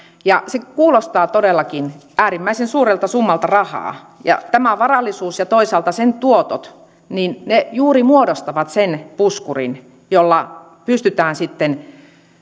se kuulostaa todellakin äärimmäisen suurelta summalta rahaa tämä varallisuus ja toisaalta sen tuotot juuri muodostavat sen puskurin jolla pystytään paitsi